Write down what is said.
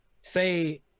say